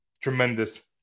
tremendous